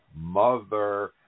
mother